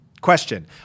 Question